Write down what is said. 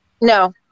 No